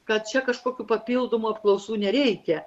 kad čia kažkokių papildomų apklausų nereikia